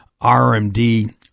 RMD